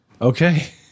Okay